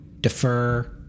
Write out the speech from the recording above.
defer